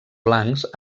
blancs